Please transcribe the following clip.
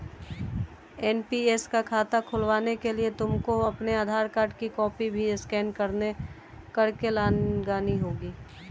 NPS का खाता खुलवाने के लिए तुमको अपने आधार कार्ड की कॉपी भी स्कैन करके लगानी होगी